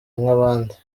nk’abandi